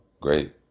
great